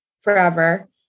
forever